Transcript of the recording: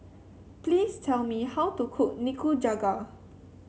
please tell me how to cook Nikujaga